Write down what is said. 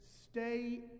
stay